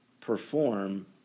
perform